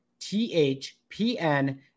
THPN